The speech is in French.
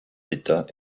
états